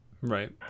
Right